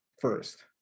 first